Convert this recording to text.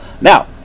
now